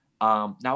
now